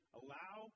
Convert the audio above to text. allow